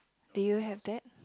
do you have that